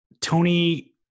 Tony